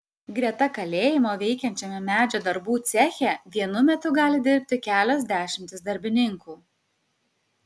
greta kalėjimo veikiančiame medžio darbų ceche vienu metu gali dirbti kelios dešimtys darbininkų